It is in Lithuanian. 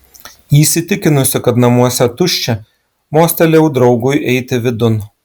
įsitikinusi kad namuose tuščia mostelėjau draugui eiti vidun